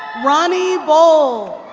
ronnie bol.